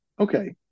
Okay